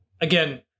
again